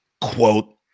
quote